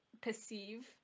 perceive